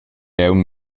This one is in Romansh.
aunc